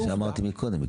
זה מה שאמרתי קודם.